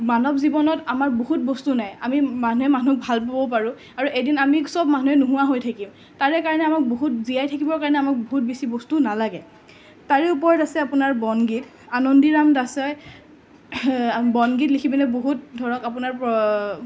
মানৱ জীৱনত আমাৰ বহুত বস্তু নাই আমি মানুহে মানুহক ভাল পাব পাৰোঁ আৰু এদিন আমি চব মানুহেই নোহোৱা হৈ থাকিম তাৰে কাৰণে আমাক বহুত জীয়াই থাকিবৰ কাৰণে আমাক বহুত বেছি বস্তু নালাগে তাৰে ওপৰত আছে আপোনাৰ বন গীত আনন্দিৰাম দাসে বন গীত লিখি পিনে বহুত ধৰক আপোনাৰ